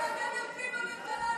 אבל מכאן ועד לקרוא לאנשים האלה,